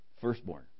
Firstborn